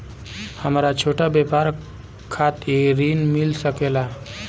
हमरा छोटा व्यापार खातिर ऋण मिल सके ला?